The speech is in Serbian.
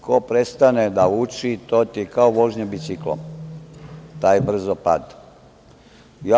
Ko prestane da uči, to ti je kao vožnja biciklom – taj brzo padne.